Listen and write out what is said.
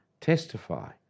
testify